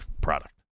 product